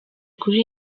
kuri